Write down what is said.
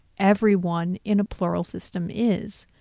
everyone in a plural system is.